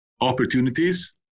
opportunities